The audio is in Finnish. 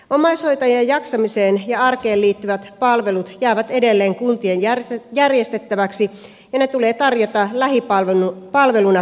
omaishoitajien jaksamiseen ja arkeen liittyvät palvelut jäävät edelleen kuntien järjestettäväksi ja ne tulee tarjota lähipalveluna kotikunnassa